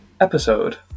episode